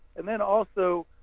and then also